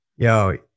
Yo